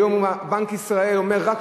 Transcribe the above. היום בנק ישראל אומר,